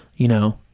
you know.